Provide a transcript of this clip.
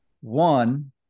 One